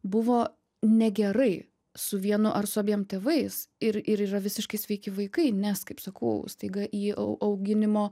buvo negerai su vienu ar su abiem tėvais ir ir yra visiškai sveiki vaikai nes kaip sakau staiga į auginimo